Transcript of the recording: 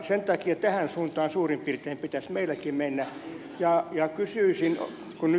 sen takia tähän suuntaan suurin piirtein pitäisi meilläkin mennä